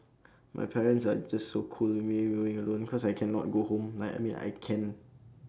my parents are just so cool with me going alone cause I cannot go home like I mean I can